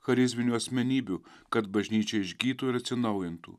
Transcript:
charizminių asmenybių kad bažnyčia išgytų ir atsinaujintų